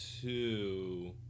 two –